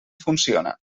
funciona